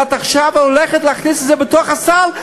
ואת עכשיו הולכת להכניס את זה לתוך הסל?